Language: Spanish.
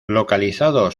localizado